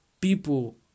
people